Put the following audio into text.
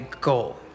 goal